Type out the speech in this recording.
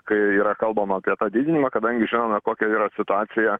kai yra kalbama apie tą didinimą kadangi žinome kokia yra situacija